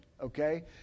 Okay